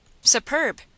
Superb